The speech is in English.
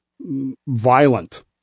violent